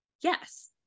yes